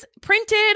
printed